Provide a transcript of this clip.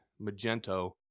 Magento